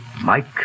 Mike